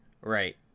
Right